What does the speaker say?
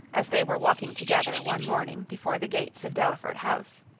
as they were walking together one morning before the gates of delaford house,